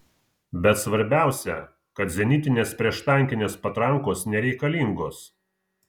bet svarbiausia kad zenitinės prieštankinės patrankos nereikalingos